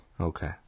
Okay